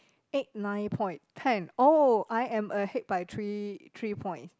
eight nine point ten oh I am ahead by three three points